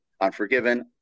Unforgiven